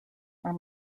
are